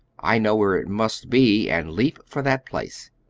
i know where it must be, and leap for that place.